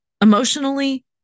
emotionally